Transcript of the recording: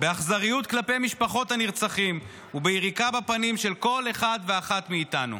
באכזריות כלפי משפחות הנרצחים וביריקה בפנים של כל אחד ואחת מאיתנו.